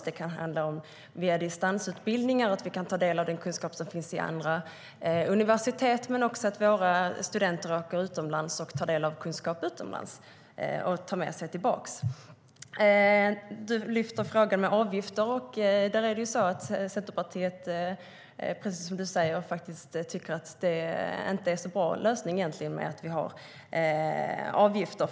Det kan handla om distansutbildningar så att vi kan ta del av den kunskap som finns vid andra universitet eller om att svenska studenter åker utomlands och tar del av kunskap där som de kan ta med sig tillbaka. Du lyfter fram frågan om avgifter. Precis som du säger tycker Centerpartiet att det egentligen inte är en särskilt bra lösning med avgifter.